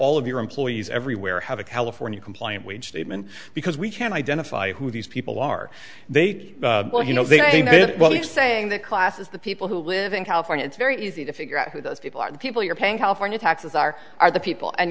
all of your employees everywhere have a california compliant wage statement because we can identify who these people are they did well you know they may well be saying that class is the people who live in california it's very easy to figure out who those people are the people you're paying california taxes are are the people and